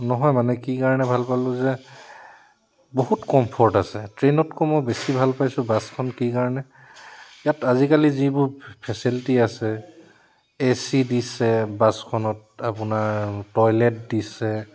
নহয় মানে কি কাৰণে ভাল পালোঁ যে বহুত কমফৰ্ট আছে ট্ৰেইনতকৈ মই বেছি ভাল পাইছোঁ বাছখন কি কাৰণে ইয়াত আজিকালি যিবোৰ ফেচিলিটি আছে এ চি দিছে বাছখনত আপোনাৰ টয়লেট দিছে